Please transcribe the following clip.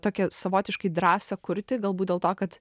tokią savotiškai drąsą kurti galbūt dėl to kad